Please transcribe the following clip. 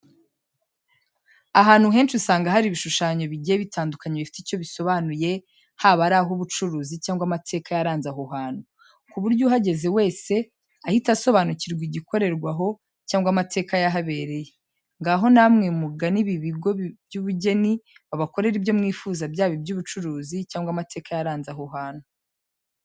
Ahantu henshi usanga hari ibishushanyo bigiye bitandukanye bifite icyo bisobanuye, haba ari ah'ubucuruzi cyangwa amateka yaranze aho hantu, ku buryo uhageze wese ahita asobanukirwa igikorerwa aho cyangwa amateka yahabereye. Ngaho namwe mugane ibi bigo byubugene, babakorere ibyo mwifuza byaba iby'ubucuruzi cyangwa amateka yaranze aho hantu.